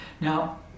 Now